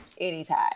Anytime